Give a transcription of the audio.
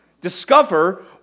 Discover